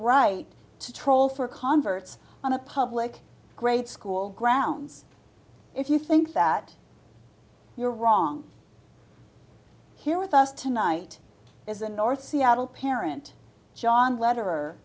right to troll for converts on a public grade school grounds if you think that you're wrong here with us tonight is a north seattle parent john letter